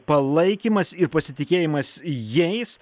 palaikymas ir pasitikėjimas jais